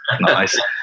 nice